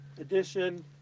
edition